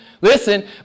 Listen